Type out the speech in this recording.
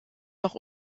noch